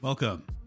Welcome